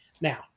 Now